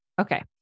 Okay